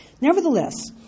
Nevertheless